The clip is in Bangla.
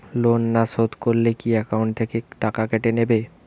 লোন না শোধ করলে কি একাউন্ট থেকে টাকা কেটে নেবে?